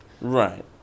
right